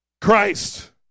Christ